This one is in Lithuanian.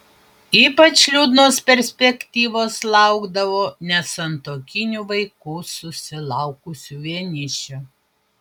ypač liūdnos perspektyvos laukdavo nesantuokinių vaikų susilaukusių vienišių